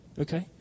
Okay